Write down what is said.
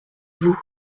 vous